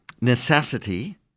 necessity